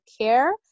care